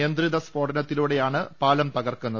നിയന്ത്രിത സ്ഫോടനത്തിലൂടെയാണ് പാലം തകർക്കുന്നത്